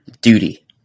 duty